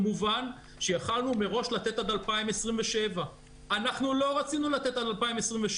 כמובן שיכולנו מראש לתת עד 2027. אנחנו לא רצינו לתת עד 2027,